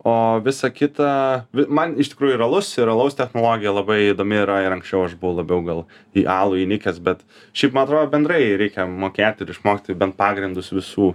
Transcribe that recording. o visa kita man iš tikrųjų ir alus ir alaus technologija labai įdomi yra ir anksčiau aš buvau labiau gal į alų įnikęs bet šiaip man atro bendrai reikia mokėt ir išmokti bent pagrindus visų